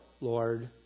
Lord